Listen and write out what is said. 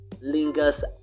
lingers